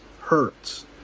hurts